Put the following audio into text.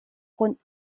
con